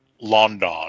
London